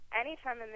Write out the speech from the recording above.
anytime